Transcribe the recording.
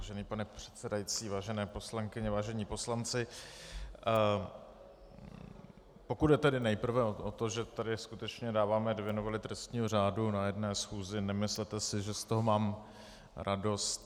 Vážený pane předsedající, vážené poslankyně, vážení poslanci, pokud jde nejprve o to, že tady skutečně dáváme dvě novely trestního řádu na jedné schůzi, nemyslete si, že z toho mám radost.